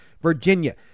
Virginia